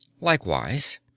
LIKEWISE